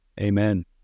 Amen